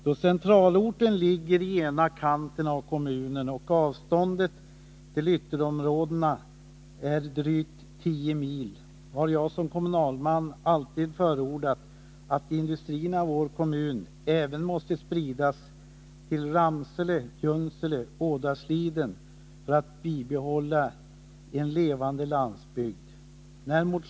Då centralorten ligger i ena kanten av kommunen och avståndet till ytterområdena är drygt tio mil, har jag som kommunalman alltid förordat att industrierna i vår kommun även måste spridas till Ramsele, Junsele och Ådalsliden, för att en levande landsbygd skall kunna bibehållas.